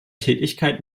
tätigkeit